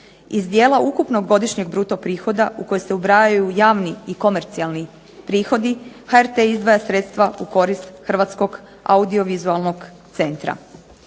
Iz dijela ukupnog godišnjeg bruto prihoda u koji se ubrajaju javni i komercijalni prihodi HRT izdvaja sredstva u korist Hrvatskog audiovizualnog centra.